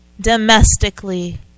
domestically